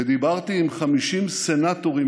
ודיברתי עם 50 סנטורים,